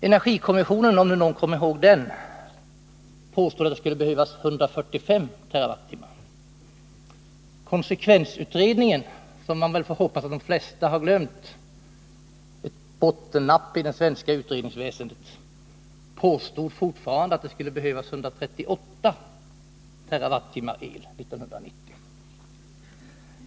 Energikommissionen, om någon kommer ihåg den, påstår att det skulle behövas 145 TWh. Konsekvensutredningen, som man får hoppas att de flesta har glömt — ett bottennapp i det svenska utredningsväsendet —, påstår fortfarande att det skulle behövas 138 TWh el 1990.